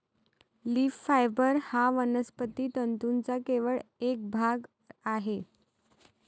leaf fibre हा वनस्पती तंतूंचा केवळ एक भाग आहे